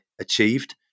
achieved